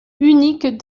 unique